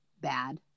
bad